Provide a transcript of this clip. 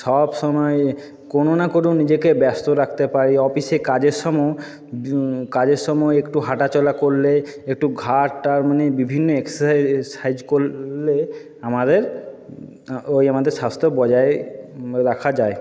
সবসময় কোনো না কোনো নিজেকে ব্যস্ত রাখতে পারি অফিসে কাজের সময়ও কাজের সময় একটু হাঁটাচলা করলে একটু ঘাড় টাড় মানে বিভিন্ন সাইজ করলে আমাদের ওই আমাদের স্বাস্থ্য বজায় রাখা যায়